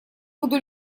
буду